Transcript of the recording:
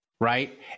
right